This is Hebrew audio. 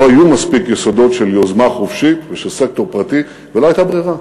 לא היו מספיק יסודות של יוזמה חופשית ושל סקטור פרטי ולא הייתה ברירה.